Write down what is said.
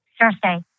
Thursday